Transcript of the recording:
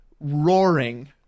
roaring